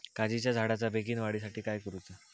काजीच्या झाडाच्या बेगीन वाढी साठी काय करूचा?